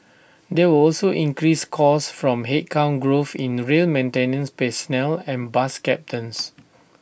there were also increased costs from headcount growth in the rail maintenance personnel and bus captains